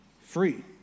free